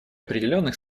определенных